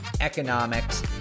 economics